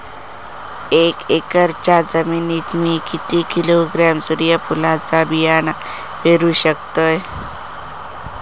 एक एकरच्या जमिनीत मी किती किलोग्रॅम सूर्यफुलचा बियाणा पेरु शकतय?